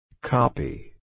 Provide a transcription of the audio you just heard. Copy